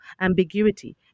ambiguity